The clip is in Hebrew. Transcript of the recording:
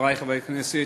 חברי חברי הכנסת,